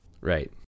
Right